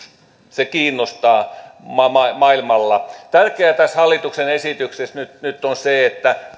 se kiinnostaa maailmalla tärkeää tässä hallituksen esityksessä nyt on se että